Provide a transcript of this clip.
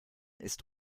ist